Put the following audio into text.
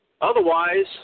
Otherwise